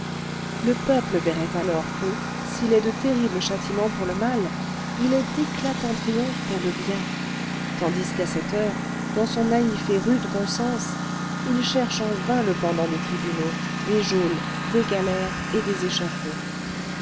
le peuple verrait alors que s'il est de terribles châtiments pour le mal il est d'éclatants triomphes pour le bien tandis qu'à cette heure dans son naïf et rude bon sens il cherche en vain le pendant des tribunaux des geôles des galères et des échafauds